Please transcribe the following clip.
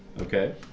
Okay